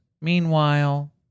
Meanwhile